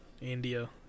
India